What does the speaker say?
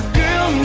girl